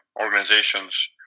organizations